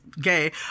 gay